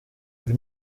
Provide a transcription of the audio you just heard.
buri